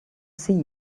see